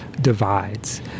divides